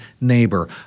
neighbor